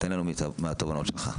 תן לנו מהתובנות שלך.